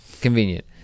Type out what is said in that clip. Convenient